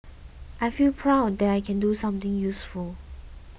I feel proud that I can do something useful